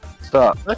Stop